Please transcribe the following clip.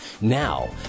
Now